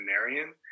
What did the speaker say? veterinarian